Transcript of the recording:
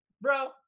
bro